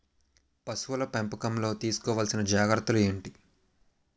పశువుల పెంపకంలో తీసుకోవల్సిన జాగ్రత్తలు ఏంటి?